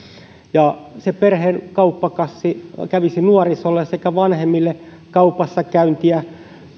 ja se perheen kauppakassi kävisi nuorisolle sekä vanhemmille kaupassakäyntiin